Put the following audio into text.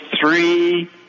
three